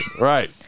Right